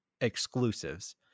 exclusives